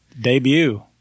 debut